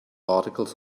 articles